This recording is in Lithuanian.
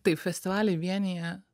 taip festivaliai vienija